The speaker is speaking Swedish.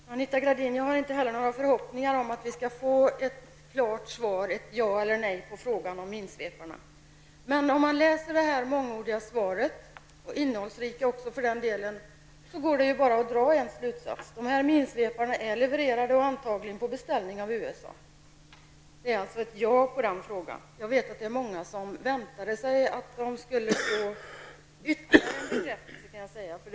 Herr talman! Anita Gradin, jag har inte heller några förhoppningar om att vi skall få ett klart svar, ett ja eller nej, på frågan om minsveparna. Men om man läser det mångordiga och innehållsrika svaret, går det att dra bara en slutsats, nämligen att dessa minsvepare är levererade, antagligen på beställning från USA. Svaret är alltså ett ja på den frågan. Jag vet att det är många som väntade sig att få ytterligare en bekräftelse.